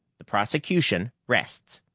the prosecution rests.